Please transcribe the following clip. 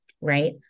right